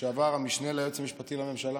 לשעבר המשנה ליועץ המשפטי לממשלה.